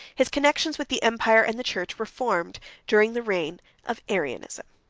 his connections with the empire and the church were formed during the reign of arianism.